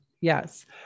Yes